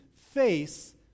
face